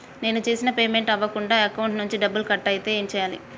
నేను చేసిన పేమెంట్ అవ్వకుండా అకౌంట్ నుంచి డబ్బులు కట్ అయితే ఏం చేయాలి?